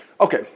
Okay